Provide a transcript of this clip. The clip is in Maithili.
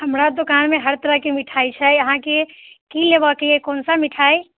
हमरा दोकान मे हर तरह के मिठाइ छै अहाँके की लेबअ के अछि कोन सा मिठाइ